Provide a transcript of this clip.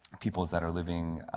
peoples that are living